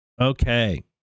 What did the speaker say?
Okay